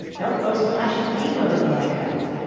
don't go splashing paint over me like that